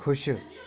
खुश